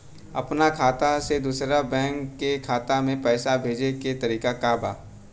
अपना खाता से दूसरा बैंक के खाता में पैसा भेजे के तरीका का बा?